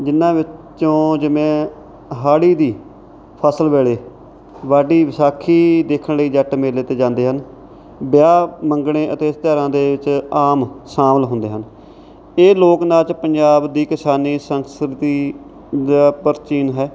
ਜਿਨ੍ਹਾਂ ਵਿੱਚੋਂ ਜਿਵੇਂ ਹਾੜ੍ਹੀ ਦੀ ਫ਼ਸਲ ਵੇਲੇ ਵਾਢੀ ਵਿਸਾਖੀ ਦੇਖਣ ਲਈ ਜੱਟ ਮੇਲੇ 'ਤੇ ਜਾਂਦੇ ਹਨ ਵਿਆਹ ਮੰਗਣੇ ਅਤੇ ਤਿਉਹਾਰਾਂ ਦੇ ਵਿੱਚ ਆਮ ਸ਼ਾਮਲ ਹੁੰਦੇ ਹਨ ਇਹ ਲੋਕ ਨਾਚ ਪੰਜਾਬ ਦੀ ਕਿਸਾਨੀ ਸੰਸਕ੍ਰਿਤੀ ਦਾ ਪ੍ਰਾਚੀਨ ਹੈ